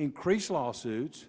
increase lawsuits